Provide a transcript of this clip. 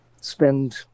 spend